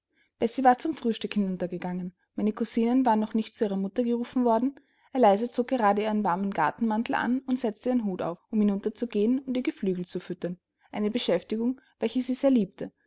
war zum frühstück hinuntergegangen meine cousinen waren noch nicht zu ihrer mama gerufen worden eliza zog gerade ihren warmen gartenmantel an und setzte ihren hut auf um hinunterzugehen und ihr geflügel zu füttern eine beschäftigung welche sie sehr liebte